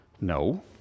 No